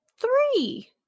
three